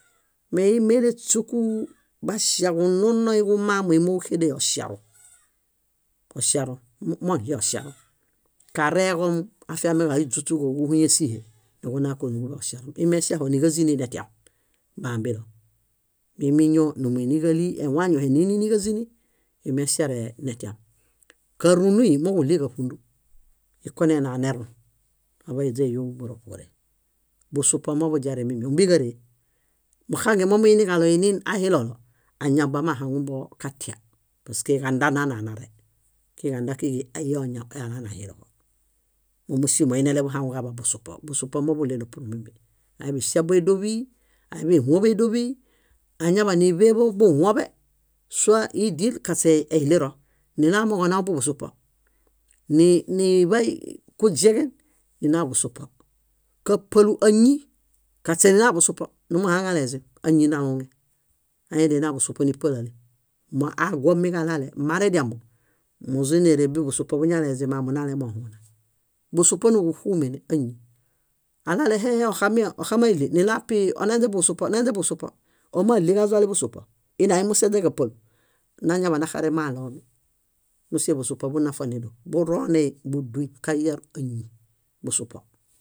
Mee ímileśuku baŝas, kununoi ġumamui múġuxedei oŝaru, oŝaru, moɭie oŝaru. Kareġom afiamiġaɭo áiźuśuġo ġúhuye síhe niġuna kóo niġuŝas. Íi meŝaho níġazini netiam. Bambilom. Mimi ñóo nímuiġali ewañuhe niini níġazini, imeŝare netiam. Kárunui moġulie ġáṗundu. Ekonena nerun aḃa źáiyoo bóroṗore. Busupo moḃuźare mími, ómbiġaree. Muxange momuiniġaɭo inin ahilolo, añaw bamahaŋumbo katia paske kanda nanaa nare. Kiġanda kíġi, íi oñaw elanehiloġo. Mómusimo íi neleḃuhaŋuġaḃa busupo. Busupo móḃuɭelo púr mími. Aiḃaiŝabo édoḃi, aiḃanihũḃ édoḃi, añaḃa níḃeḃo buhuõḃe sua ídiel kaśe iɭirõ. Niɭo amooġo onau buḃusupo. Niḃay kuźieġen, nina busupo, kápalu áñi, kaśe nina busupo nimuhaŋale ezim, áñi naluuŋe. Aedia nina busupo nípalale. Moo aagomiġaɭale marediamo, mozuni nére buḃusupo buñalezim amunalemohuuna. Busupo níḃuxuumene áñi. Aɭale héhe oxami óxamaeɭi, niɭo api onalinźe buḃusupo, onalinźe buḃusupo. Ómaɭiġazuale busupo, iine ánimuseźeġapalu, nañaḃanaxare moaɭoomi. Músie busupo bunafa nédoḃ. Buroonei búduñ kayar áñi, busupo.